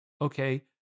Okay